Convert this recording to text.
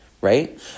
Right